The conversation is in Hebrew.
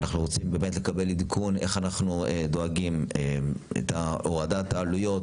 אנחנו רוצים לקבל עדכון: איך אנחנו דואגים להורדת העלויות,